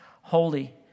holy